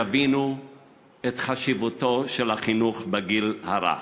יבינו את חשיבותו של החינוך בגיל הרך.